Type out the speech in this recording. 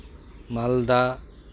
ᱢᱟᱞᱫᱟ